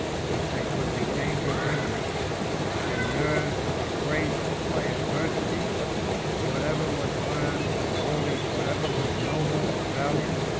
since they could be dangerous enemies their nerves were braced by adversity whatever was learned or holy, whatever was noble or valiant,